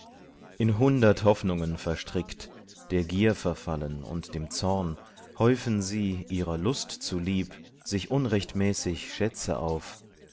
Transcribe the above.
in hundert hoffnungen verstrickt der gier verfallen und dem zorn häufen sie ihrer lust zu lieb sich unrechtmäßig schätze auf